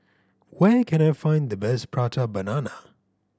where can I find the best Prata Banana